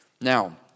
Now